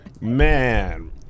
Man